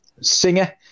Singer